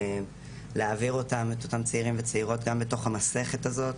להעביר את אותם צעירים וצעירות את המסכת הזאת,